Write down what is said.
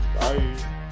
Bye